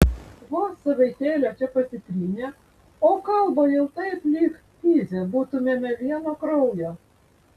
vos savaitėlę čia pasitrynė o kalba jau taip lyg pizė būtumėme vieno kraujo